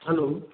hello